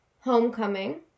homecoming